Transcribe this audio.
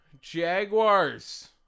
Jaguars